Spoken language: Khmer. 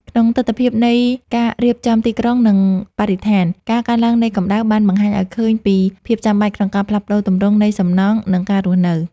ក្នុងទិដ្ឋភាពនៃការរៀបចំទីក្រុង និងបរិស្ថាន ការកើនឡើងនៃកម្ដៅបានបង្ហាញឱ្យឃើញពីភាពចាំបាច់ក្នុងការផ្លាស់ប្តូរទម្រង់នៃសំណង់ និងការរស់នៅ។